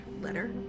letter